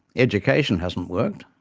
education hasn't worked,